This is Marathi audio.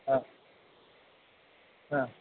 हां हां